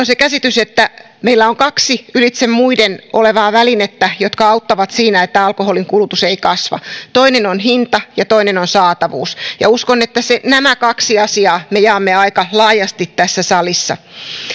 se käsitys että meillä on kaksi ylitse muiden olevaa välinettä jotka auttavat siinä että alkoholin kulutus ei kasva toinen on hinta ja toinen on saatavuus uskon että nämä kaksi asiaa me jaamme aika laajasti tässä salissa